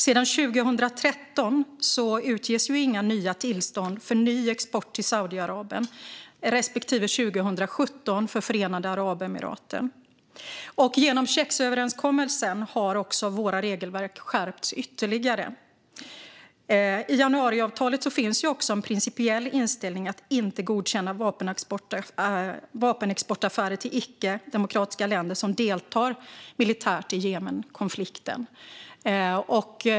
Inga nya tillstånd för ny export utges sedan 2013 för Saudiarabien respektive 2017 för Förenade Arabemiraten, och genom KEX-överenskommelsen har våra regelverk skärpts ytterligare. I januariavtalet finns också en principiell inställning att inte godkänna vapenexportaffärer med icke-demokratiska länder som deltar militärt i Jemenkonflikten.